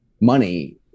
money